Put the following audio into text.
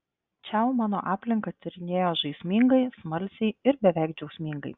čiau mano aplinką tyrinėjo žaismingai smalsiai ir beveik džiaugsmingai